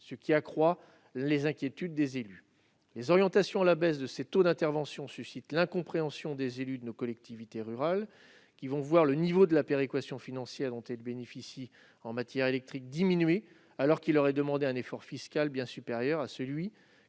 ce qui accroît les inquiétudes des élus. Les orientations à la baisse de ces taux d'intervention suscitent l'incompréhension des élus de nos collectivités rurales, qui vont voir le niveau de la péréquation financière dont elles bénéficient en matière électrique diminuer, alors qu'il leur est demandé un effort fiscal bien supérieur à celui